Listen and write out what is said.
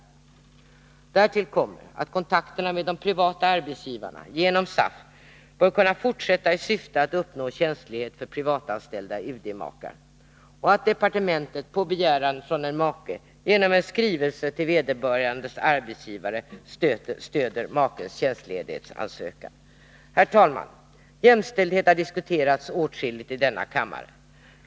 Därtill kommer att kontakterna med de privata arbetsgivarna genom SAF bör kunna fortsätta i syfte att uppnå tjänstledighet för privatanställda UD-makar och att departementet på begäran från en make genom en skrivelse till vederbörande arbetsgivare stöder makens tjänstledighetsansökan. Herr talman! Jämställdhet har diskuterats åtskilligt i denna kammare.